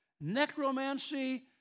necromancy